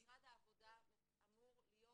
משרד העבודה אמור להיות